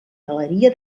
galeria